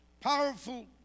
powerful